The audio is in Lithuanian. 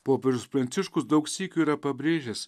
popiežius pranciškus daug sykių yra pabrėžęs